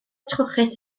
trwchus